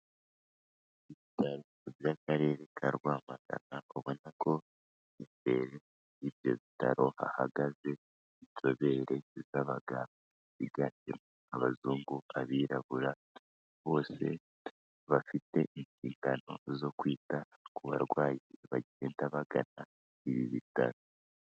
Ibitaro by'akarere ka Rwamagana, ubona ko hafi y'ibyo bitaro hahagaze inzobere z'abaganga biganjemo Abazungu, Abirabura, bose bafite inshingano zo kwita ku barwayi bagenda bagana ibi bitaro.